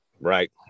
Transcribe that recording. Right